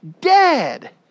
dead